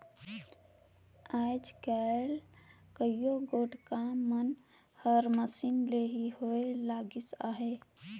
आएज काएल कइयो गोट काम मन हर मसीन ले ही होए लगिस अहे